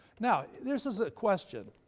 now this is a question.